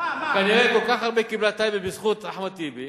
כנראה כל כך הרבה קיבלה טייבה בזכות אחמד טיבי,